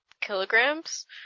kilograms